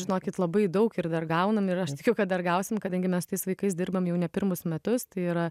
žinokit labai daug ir dar gaunam ir aš tikiu kad dar gausim kadangi mes su tais vaikais dirbam jau ne pirmus metus tai yra